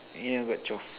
yeah got twelve